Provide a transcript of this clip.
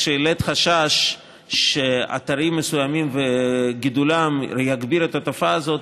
כשהעלית חשש שאתרים מסוימים וגידולם יגבירו את התופעה הזאת,